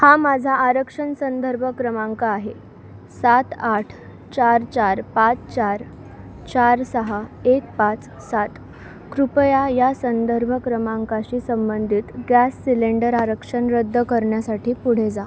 हा माझा आरक्षण संदर्भ क्रमांक आहे सात आठ चार चार पाच चार चार सहा एक पाच सात कृपया या संदर्भ क्रमांकाशी संबंधित गॅस सिलेंडर आरक्षण रद्द करण्यासाठी पुढे जा